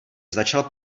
začal